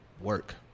Work